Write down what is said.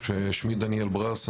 שמי דניאל ברס,